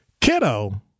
Kiddo